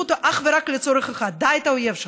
אותה אך ורק לצורך אחד: דע את האויב שלך.